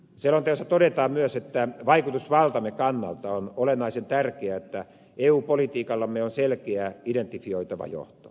selonteossa todetaan myös että vaikutusvaltamme kannalta on olennaisen tärkeää että eu politiikallamme on selkeä identifioitava johto